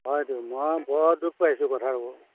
হয় দিয়ক মই বৰ দুখ পাইিছোঁ কথা ক'ব